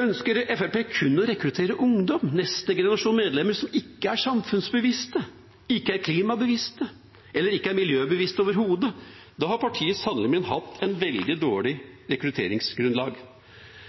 Ønsker Fremskrittspartiet kun å rekruttere ungdom, neste generasjon medlemmer, som ikke er samfunnsbevisste, ikke er klimabevisste eller ikke er miljøbevisste overhodet? Da har partiet sannelig min hatt et veldig